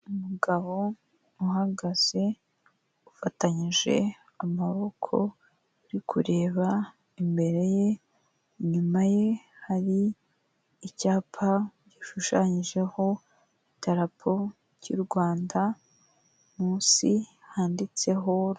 Umugabo uhagaze ufatanyije amaboko, uri kureba imbere ye, inyuma ye hari icyapa gishushanyijeho idarapo ry'u Rwanda, munsi handitseho....